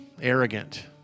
arrogant